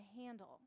handle